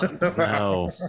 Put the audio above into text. no